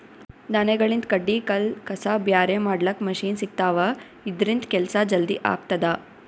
ಧಾನ್ಯಗಳಿಂದ್ ಕಡ್ಡಿ ಕಲ್ಲ್ ಕಸ ಬ್ಯಾರೆ ಮಾಡ್ಲಕ್ಕ್ ಮಷಿನ್ ಸಿಗ್ತವಾ ಇದ್ರಿಂದ್ ಕೆಲ್ಸಾ ಜಲ್ದಿ ಆಗ್ತದಾ